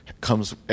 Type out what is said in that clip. comes